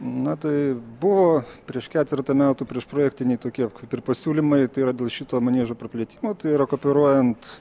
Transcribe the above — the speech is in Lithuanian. na tai buvo prieš ketvertą metų priešprojektiniai tokie kaip ir pasiūlymai tai yra dėl šito maniežo praplėtimo tai yra kooperuojant